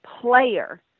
player